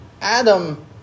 Adam